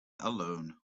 alone